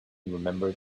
remembered